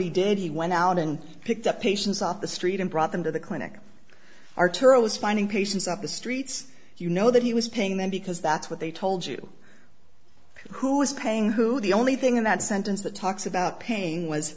he did he went out and picked up patients off the street and brought them to the clinic arturo's finding patients up the streets you know that he was paying them because that's what they told you who is paying who the only thing in that sentence that talks about pain was